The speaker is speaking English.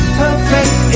perfect